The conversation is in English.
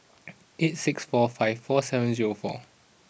eight six four five four seven zero four